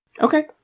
Okay